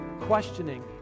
questioning